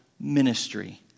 Ministry